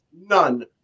none